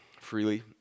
freely